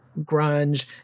grunge